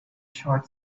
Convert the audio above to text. short